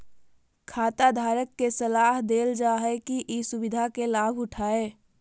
खाताधारक के सलाह देल जा हइ कि ई सुविधा के लाभ उठाय